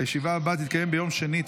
הישיבה הבאה תתקיים ביום שני,